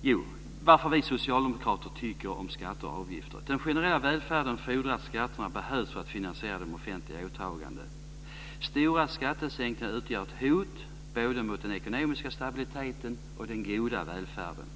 det varför vi socialdemokrater tycker om skatter och avgifter. Den generella välfärden fordrar att skatter behövs för att finansiera de offentliga åtagandena. Stora skattesänkningar utgör ett hot mot både den ekonomiska stabiliteten och den goda välfärden.